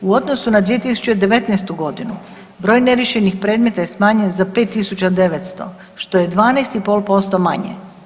U odnosu na 2019.g. broj neriješenih predmeta je smanjen za 5.900 što je 12,5% manje.